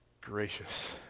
gracious